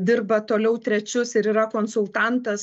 dirba toliau trečius ir yra konsultantas